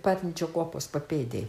parnidžio kopos papėdėj